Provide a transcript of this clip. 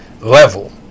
level